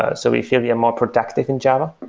ah so we feel we are more productive in java.